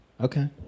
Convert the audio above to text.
Okay